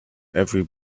every